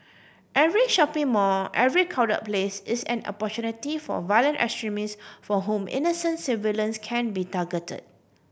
every shopping mall every crowd place is an opportunity for violent extremist for whom innocent civilians can be target